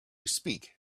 speak